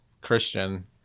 Christian